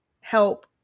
help